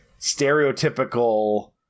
stereotypical